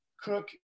Cook